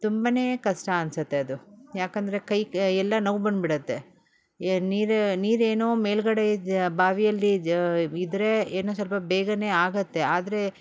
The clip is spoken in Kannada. ತುಂಬ ಕಷ್ಟ ಅನ್ಸುತ್ತೆ ಅದು ಯಾಕಂದರೆ ಕೈ ಎಲ್ಲ ನೋವು ಬಂದುಬಿಡತ್ತೆ ಏ ನೀರು ನೀರೇನೋ ಮೇಲ್ಗಡೆ ಇದೆಯಾ ಬಾವಿಯಲ್ಲಿ ಜ ಇದ್ದರೆ ಇನ್ನು ಸ್ವಲ್ಪ ಬೇಗ ಆಗುತ್ತೆ ಆದರೆ